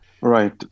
right